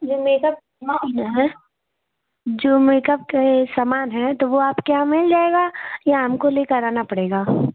ये मेकअप हैं ना जो मेकअप का ये सामान है तो वह आप के यहाँ मिल जाएगा या हमको लेकर आना पड़ेगा